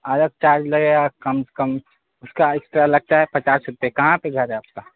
الگ چارج لگے گا کم سے کم اس کا اس کا لگتا ہے پچاس روپئے کہاں پہ گھر ہے آپ کا